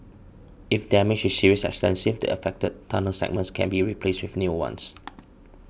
if damage is serious and extensive the affected tunnel segments can be replaced with new ones